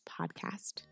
podcast